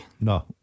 No